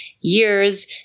years